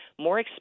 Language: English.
more